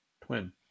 twin